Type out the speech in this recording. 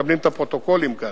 מקבלים את הפרוטוקולים כאן,